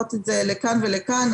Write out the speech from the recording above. לראות לכאן ולכאן.